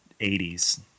80s